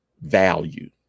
value